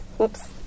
Oops